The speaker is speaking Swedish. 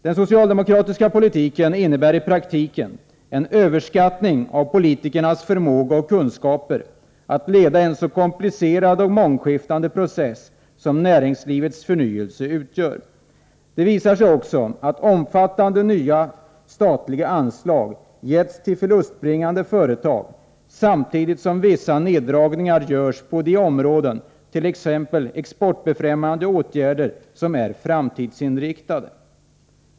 Den socialdemokratiska politiken innebär i praktiken en överskattning av politikernas förmåga och kunskaper att leda en så komplicerad och mångskiftande process som näringslivets förnyelse utgör. Det visar sig också att omfattande nya statliga anslag getts till förlustbringande företag, samtidigt som vissa neddragningar görs på de områden —t.ex. exportbefrämjande åtgärder — som är framtidsinriktade.